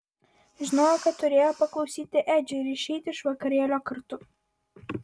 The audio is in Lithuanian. žinojo kad turėjo paklausyti edžio ir išeiti iš vakarėlio kartu